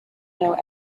know